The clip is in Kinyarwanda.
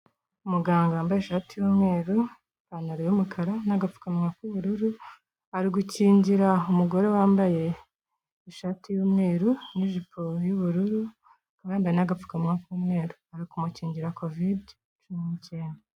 Umuganga wambaye ishati y'umweru, ipantaro y'umukara n'agapfukamawa k'ubururu, ari gukingira umugore wambaye ishati y'umweru n'ijipo y'ubururu akaba yambaye n'agapfukamuma k'umweru, ari kumukingira Kovide cumi n'icyenda.